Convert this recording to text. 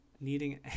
needing